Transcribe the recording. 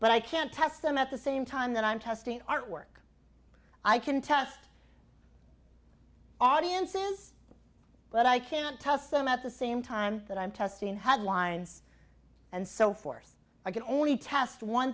but i can't test them at the same time that i'm testing artwork i can test audience is but i can't tell some at the same time that i'm testing headlines and so forth i can only test one